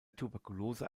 tuberkulose